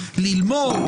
ללמוד,